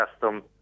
custom